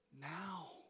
now